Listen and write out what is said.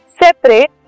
separate